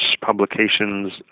publications